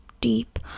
deep